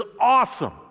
awesome